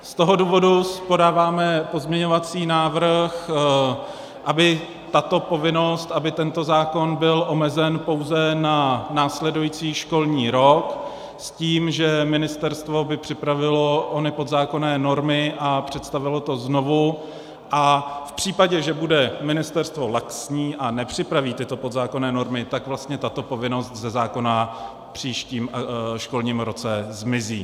Z toho důvodu podáváme pozměňovací návrh, aby tato povinnost, aby tento zákon byl omezen pouze na následující školní rok s tím, že ministerstvo by připravilo ony podzákonné normy a představilo to znovu, a v případě, že bude ministerstvo laxní a tyto podzákonné normy nepřipraví, tak vlastně tato povinnost ze zákona v příštím školním roce zmizí.